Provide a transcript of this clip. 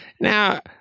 Now